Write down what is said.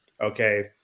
okay